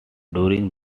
during